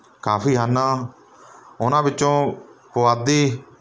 ਕਾਫੀ ਹਨ ਉਹਨਾਂ ਵਿੱਚੋਂ ਪੁਆਧੀ